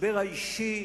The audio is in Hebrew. במשבר האישי,